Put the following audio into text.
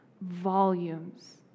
volumes